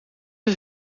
het